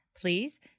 Please